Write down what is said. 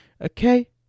Okay